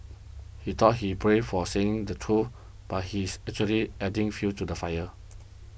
he thought he's brave for saying the truth but he's actually adding fuel to the fire